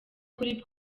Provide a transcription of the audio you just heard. kuri